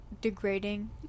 degrading